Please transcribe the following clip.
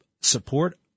support